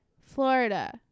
florida